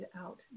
out